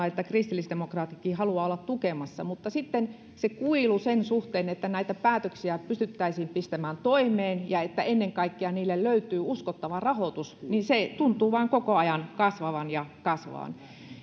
että kristillisdemokraatitkin haluavat olla tukemassa mutta sitten se kuilu sen suhteen että näitä päätöksiä pystyttäisiin pistämään toimeen ja että ennen kaikkea niille löytyy uskottava rahoitus tuntuu vain koko ajan kasvavan ja kasvavan